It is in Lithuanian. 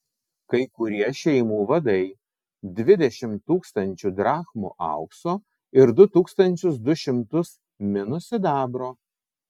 kai kurie šeimų vadai dvidešimt tūkstančių drachmų aukso ir du tūkstančius du šimtus minų sidabro